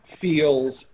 feels